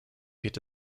wird